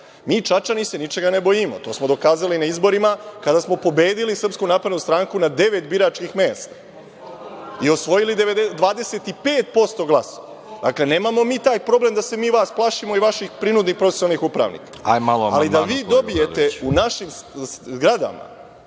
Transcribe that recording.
Mi Čačani se ničega ne bojimo, to smo dokazali na izborima kada smo pobedili SNS na devet biračkih mesta i osvojili 25% glasova. Dakle, nemamo mi taj problem da se mi vas plašimo i vaših prinudnih poslovnih upravnika. Ali, da vi dobijete u našim zgradama